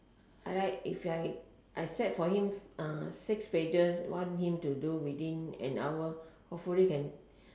I like if I set for him uh six pages want him to do within an hour hopefully can